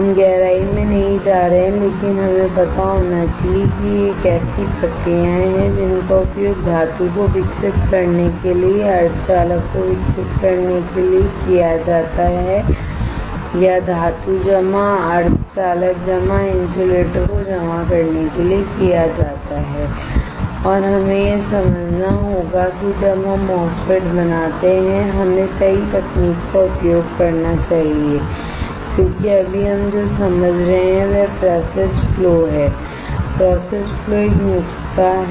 हम गहराई में नहीं जा रहे हैं लेकिन हमें पता होना चाहिए कि ये ऐसी प्रक्रियाएं हैं जिनका उपयोग धातु को विकसित करने के लिए सेमी कंडक्टरको विकसित करने के लिए किया जाता है या धातु जमा सेमी कंडक्टर जमा इन्सुलेटर को जमा करने के लिए किया जाता है और हमें यह समझना होगा कि जब हम MOSFET बनाते हैं हमें सही तकनीक का उपयोग करना चाहिए क्योंकि अभी हम जो समझ रहे हैं वह प्रोसेस फ्लो है प्रोसेस फ्लो एक नुस्खा है